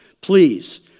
Please